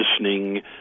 listening